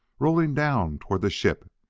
rolling down toward the ship,